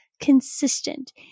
consistent